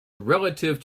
relative